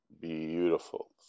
beautiful